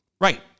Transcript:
Right